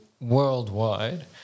worldwide